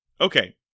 Okay